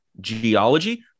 geology